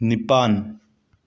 ꯅꯤꯄꯥꯟ